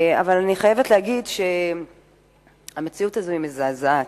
אבל אני חייבת להגיד שהמציאות הזאת היא מזעזעת.